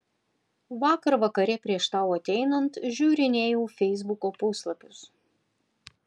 vakar vakare prieš tau ateinant žiūrinėjau feisbuko puslapius